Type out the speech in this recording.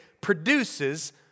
produces